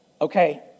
Okay